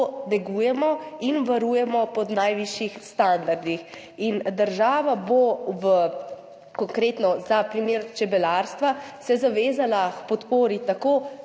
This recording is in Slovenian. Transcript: negujemo in varujemo po najvišjih standardih. Država se bo v konkretnem primeru čebelarstva zavezala k podpori